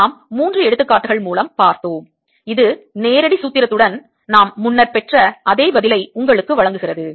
நாம் மூன்று எடுத்துக்காட்டுகள் மூலம் பார்த்தோம் இது நேரடி சூத்திரத்துடன் நாம் முன்னர் பெற்ற அதே பதிலை உங்களுக்கு வழங்குகிறது